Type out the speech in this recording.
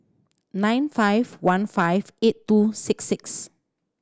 nine five one five eight two six six